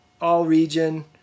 All-Region